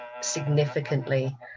significantly